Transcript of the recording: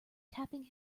tapping